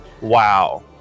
wow